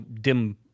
dim